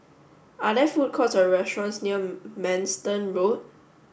are there food courts or restaurants near Manston Road